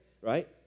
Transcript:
Right